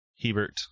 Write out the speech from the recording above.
Hebert